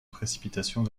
précipitations